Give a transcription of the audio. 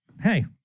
Hey